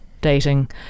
dating